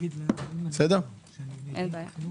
אין בעיה.